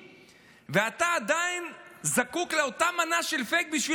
ואתה עדיין זקוק לאותה מנה של פייק בשביל